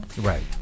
Right